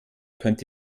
könnt